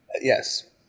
Yes